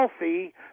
wealthy